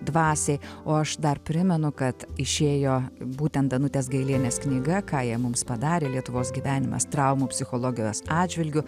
dvasiai o aš dar primenu kad išėjo būtent danutės gailienės knyga ką jie mums padarė lietuvos gyvenimas traumų psichologijos atžvilgiu